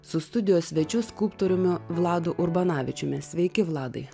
su studijos svečiu skulptoriumi vladu urbanavičiumi sveiki vladai